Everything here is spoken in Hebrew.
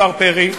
השר פרי,